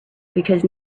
because